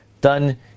done